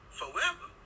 forever